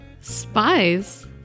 Spies